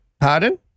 Pardon